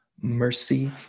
mercy